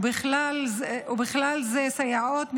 ובכלל זה סייעות,